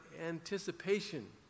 anticipation